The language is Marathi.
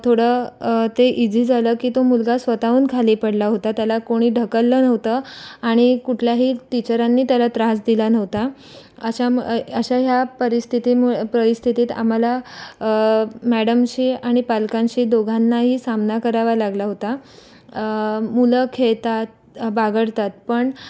थोडं ते इजी झालं की तो मुलगा स्वतःहून खाली पडला होता त्याला कोणी ढकललं नव्हतं आणि कुठल्याही टीचरांनी त्याला त्रास दिला नव्हता अशा म अश्या ह्या परिस्थतीमुळ परिस्थितीत आम्हाला मॅडमशी आणि पालकांशी दोघांनाही सामना करावा लागला होता मुलं खेळतात बागडतात पण